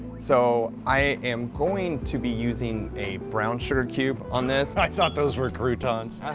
so, i am going to be using a brown sugar cube on this. i thought those were croutons.